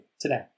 today